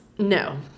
No